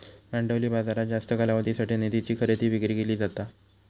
भांडवली बाजारात जास्त कालावधीसाठी निधीची खरेदी विक्री केली जाता